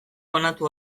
banatu